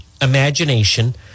imagination